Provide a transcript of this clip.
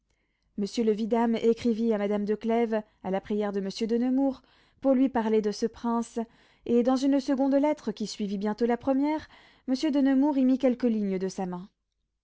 monsieur le vidame écrivit à madame de clèves à la prière de monsieur de nemours pour lui parler de ce prince et dans une seconde lettre qui suivit bientôt la première monsieur de nemours y mit quelques lignes de sa main